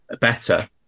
better